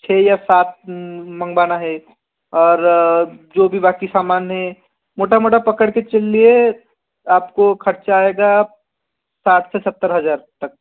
छः या सात मंगवाना है और जो भी बाक़ि सामान हैं मोटा मोटा पड़ कर चलिए आप को खर्च आएगा सात से सत्तर हज़ार तक